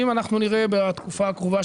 אם אנחנו נראה בתקופה הקרובה,